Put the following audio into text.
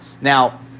Now